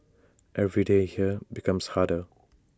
every day here becomes harder